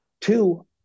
Two